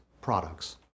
products